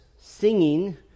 singing